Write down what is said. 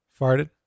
farted